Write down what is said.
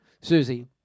Susie